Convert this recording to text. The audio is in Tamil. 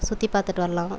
சுற்றி பார்த்துட்டு வரலாம்